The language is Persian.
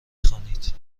خوانید